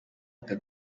aka